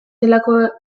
zelako